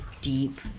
deep